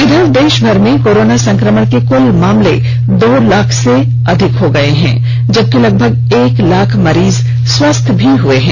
इधर देषभर में कोरोना संक्रमण के कुल मामले दो लाख से पार कर गये हैं जबकि लगभग एक लाख मरीज स्वस्थ भी हुए हैं